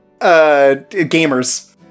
gamers